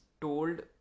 told